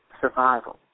survival